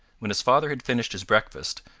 when his father had finished his breakfast,